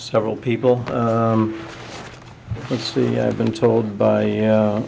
several people let's see i've been told by